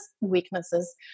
weaknesses